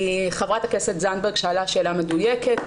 כי חברת הכנסת זנדברג שאלה שאלה מדויקת,